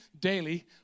Daily